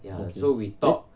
okay eh